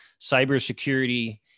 cybersecurity